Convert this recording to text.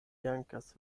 dankas